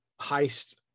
heist